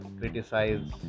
criticize